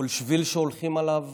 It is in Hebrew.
כל שביל שהולכים עליו